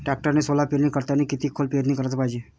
टॅक्टरनं सोला पेरनी करतांनी किती खोल पेरनी कराच पायजे?